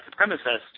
supremacist